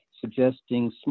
suggesting